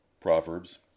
Proverbs